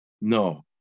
No